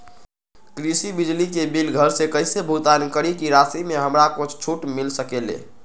कृषि बिजली के बिल घर से कईसे भुगतान करी की राशि मे हमरा कुछ छूट मिल सकेले?